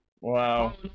Wow